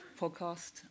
podcast